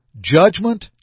judgment